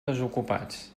desocupats